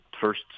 first